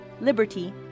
liberty